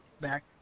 back